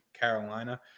Carolina